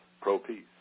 Pro-peace